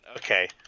Okay